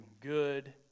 good